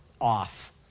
off